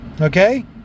Okay